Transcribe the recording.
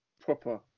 Proper